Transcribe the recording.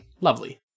lovely